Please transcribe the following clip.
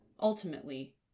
Ultimately